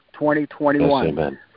2021